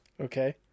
Okay